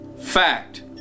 Fact